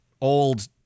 old